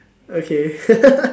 okay